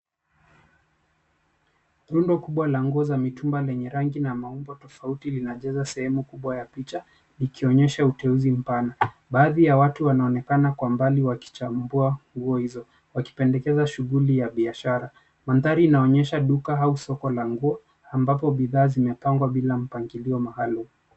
Rundo kubwa la nguo za mitumba lenye rangi na maumbo tafauti linanajaza sehemu kubwa ya picha ikionyesha uteuzi mpana. Baadhi ya watu wanaonekana kwa mbali wakichambua nguo hizo, wakipendekeza shughuli ya biashara. Mandhari inaonyesha duka au soko la nguo ambapo bidhaa zimepangwa bila mpangilio maalum.